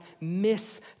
miss